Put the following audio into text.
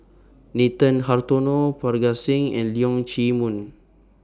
Nathan Hartono Parga Singh and Leong Chee Mun